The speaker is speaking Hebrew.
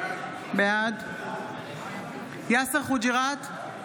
בעד יאסר חוג'יראת,